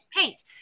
paint